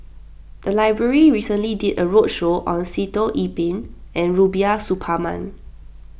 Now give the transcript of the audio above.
the library recently did a roadshow on Sitoh Yih Pin and Rubiah Suparman